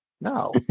No